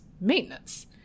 maintenance